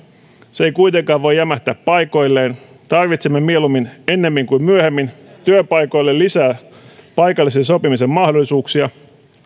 se ei kuitenkaan voi jämähtää paikoilleen tarvitsemme mieluummin ennemmin kuin myöhemmin työpaikoille lisää paikallisen sopimisen mahdollisuuksia